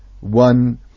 one